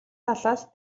талаас